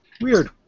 weird